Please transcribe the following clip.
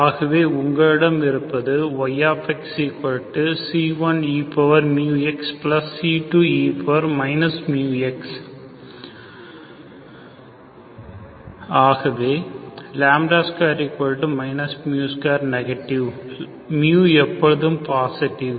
ஆகவே உங்களிடம் இருப்பது yxc1eμxc2e μx ஆகவே 2 2 நெகட்டிவ் μ எப்போதும் பாசிட்டிவ்